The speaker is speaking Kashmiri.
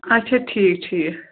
اچھا ٹھیٖک ٹھیٖک